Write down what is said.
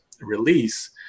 release